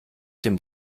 dem